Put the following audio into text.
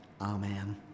Amen